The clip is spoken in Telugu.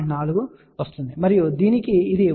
4 వస్తుంది మరియు దీనికి ఇది 1